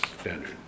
standard